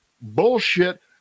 bullshit